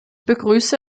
begrüße